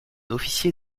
officier